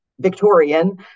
Victorian